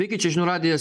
sveiki čia žinių radijas